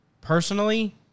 personally